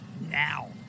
now